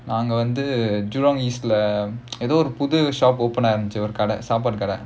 நாங்க வந்து:naanga vanthu jurong east ஏதோ ஒரு புது:etho oru puthu shop open ஆயிருச்சி சாப்பாட்டு கடை:aayiruchi saappaattu kadai